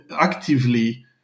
actively